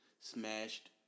smashed